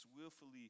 willfully